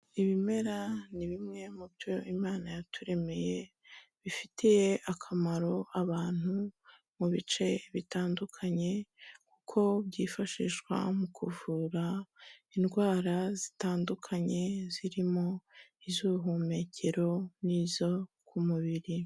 Ibimera ni bimwe mu byo Imana yaturemeye, bifitiye akamaro abantu, mu bice bitandukanye kuko byifashishwa mu kuvura indwara zitandukanye, zirimo iz'ubuhumekero n'izo ku mubiri.